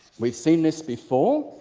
we've seen this before.